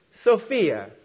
Sophia